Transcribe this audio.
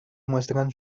muestran